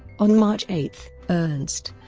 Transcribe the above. on march eight, ernst